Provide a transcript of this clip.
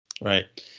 right